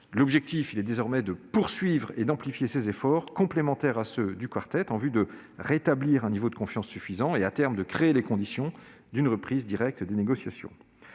L'objectif est désormais de poursuivre et d'amplifier ces efforts, complémentaires à ceux du Quartet, en vue de rétablir un niveau de confiance suffisant et, à terme, de créer les conditions d'une reprise directe des négociations.